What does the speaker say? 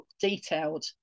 detailed